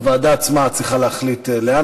הוועדה עצמה צריכה להחליט לאן.